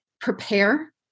prepare